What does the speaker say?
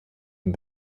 ihm